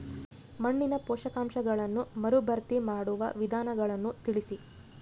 ಮಣ್ಣಿನ ಪೋಷಕಾಂಶಗಳನ್ನು ಮರುಭರ್ತಿ ಮಾಡುವ ವಿಧಾನಗಳನ್ನು ತಿಳಿಸಿ?